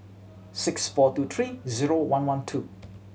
six four two three zero one one two